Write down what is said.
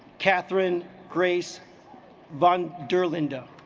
catherine grace von der linde oh